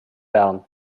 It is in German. bern